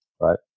right